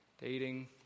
dating